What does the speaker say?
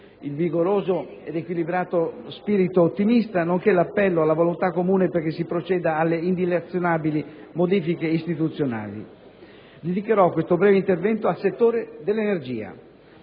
il vigoroso ed equilibrato spirito ottimista, nonché l'appello alla volontà comune perché si proceda alle indilazionabili modifiche istituzionali. Dedicherò questo breve intervento al settore dell'energia,